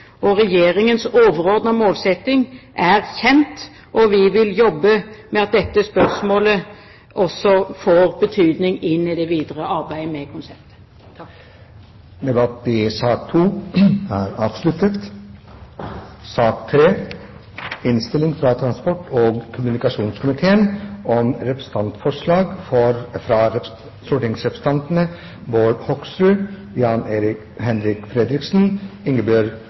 Regjeringens overordnede målsetting er kjent, og vi vil jobbe med at dette spørsmålet også får betydning inn i det videre arbeidet med konseptet. Debatten i sak nr. 2 er avsluttet. Etter ønske fra transport- og kommunikasjonskomiteen